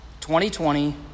2020